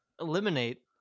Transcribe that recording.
eliminate